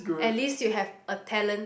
at least you have a talent